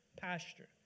pasture